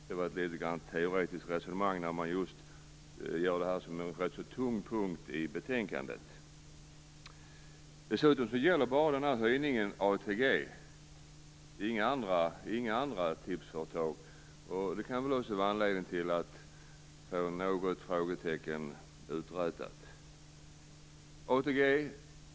Det var ett litet teoretiskt resonemang med anledning av att man ger det här en sådan tyngd i betänkandet. Dessutom gäller den här höjningen bara ATG, inga andra tipsföretag. Också det kan väl vara en anledning till att här få några frågetecken uträtade.